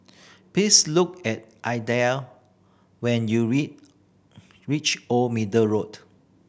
please look at Adlai when you reach Old Middle Road